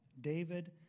David